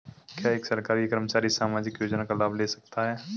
क्या एक सरकारी कर्मचारी सामाजिक योजना का लाभ ले सकता है?